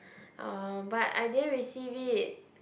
uh but I didn't receive it